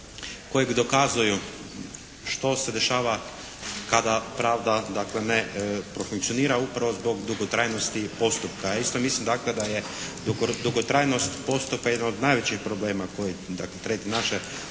koji dokazuju što se dešava kada pravda ne profunkcionira upravo zbog dugotrajnosti postupka. Isto mislim da je dugotrajnost postupka jedan od najvećih problema koji dakle naše